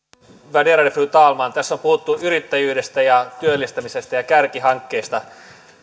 värderade fru talman tässä on puhuttu yrittäjyydestä ja työllistämisestä ja kärkihankkeista